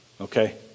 Okay